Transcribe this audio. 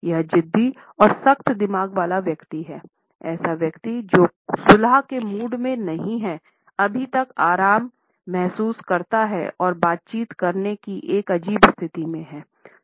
यह जिद्दी और सख्त दिमाग वाला व्यक्ति है ऐसा व्यक्ति जो सुलाह के मूड में नहीं है अभी तक आराम महसूस करता है और बातचीत करने की एक अजीब स्थिति में हैं